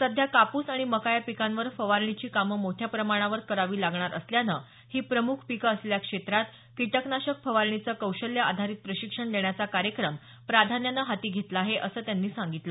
सध्या कापूस आणि मका या पिकांवर फवारणीची कामं मोठ्या प्रमाणावर करावी लागणार असल्यानं ही प्रमुख पिकं असलेल्या क्षेत्रात किटकनाशक फवारणीचं कौशल्य आधारित प्रशिक्षण देण्याचा कार्यक्रम प्राधान्यानं हाती घेतला आहे असं त्यांनी सांगितलं